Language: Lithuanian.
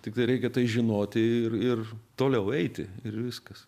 tiktai reikia tai žinoti ir ir toliau eiti ir viskas